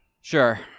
sure